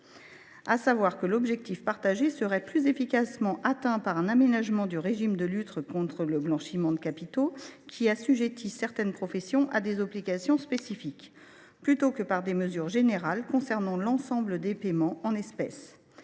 du rapporteur : l’objectif serait plus efficacement atteint au moyen d’aménagements du régime de lutte contre le blanchiment de capitaux, qui assujettit certaines professions à des obligations spécifiques, plutôt que par des mesures générales concernant l’ensemble des paiements en espèces.